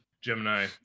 Gemini